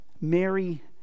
Mary